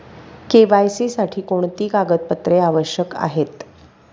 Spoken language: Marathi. के.वाय.सी साठी कोणती कागदपत्रे आवश्यक आहेत?